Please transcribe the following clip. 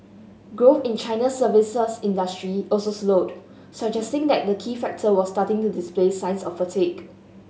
growth in China's services industry also slowed suggesting that the key sector was starting to display signs of fatigue